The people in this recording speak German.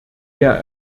der